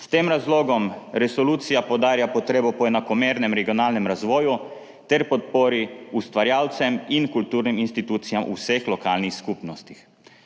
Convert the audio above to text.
S tem razlogom resolucija poudarja potrebo po enakomernem regionalnem razvoju ter podpori ustvarjalcem in kulturnim institucijam v vseh lokalnih skupnostih.